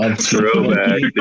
throwback